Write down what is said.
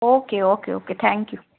okay okay okay thank you